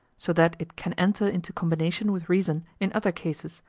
so that it can enter into combination with reason in other cases,